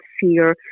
fear